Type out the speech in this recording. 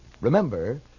Remember